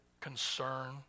concern